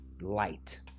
light